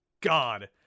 God